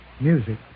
music